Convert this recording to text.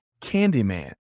Candyman